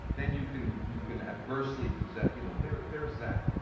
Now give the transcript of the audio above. then you can you can adversely possess, you know. there's there's that,